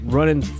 running